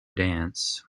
dance